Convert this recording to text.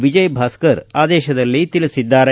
ವಿಜಯ್ಭಾಸ್ಕರ್ ಆದೇಶದಲ್ಲಿ ತಿಳಿಸಿದ್ದಾರೆ